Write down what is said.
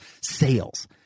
sales